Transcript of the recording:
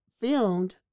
filmed